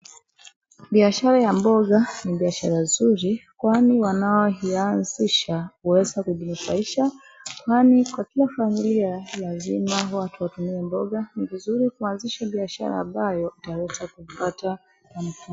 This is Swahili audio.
Biashara ya mboga, ni biashara nzuri, kwani wanao ianzisha huweza kujinufaisha, kwani katika familia lazima watumie mboga. Ni vizuri kuanzisha biashara ambayo itaweza kupata manufaa.